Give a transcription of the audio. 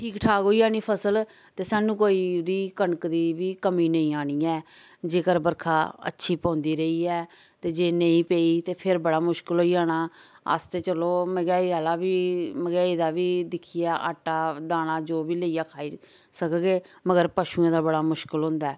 ठीक ठाक होई जानी फसल ते साह्नू कोई उदी कनक दी बी कमी नेई आनी ऐ जेकर बरखा अच्छी पौंदी रेई ऐ ते जेकर नेई पेई ते फिर बड़ा मुश्कल होई जाना अस्स ते चलो महंगेयाई आह्ला बी महंगेयाई दा बी दिक्खयै आटा दाना जो बी लेइये खाई सकगे मगर पशुएं दा बड़ा मुश्कल हुंदा ऐ